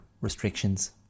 restrictions